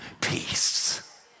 Peace